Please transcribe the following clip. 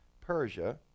Persia